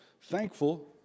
thankful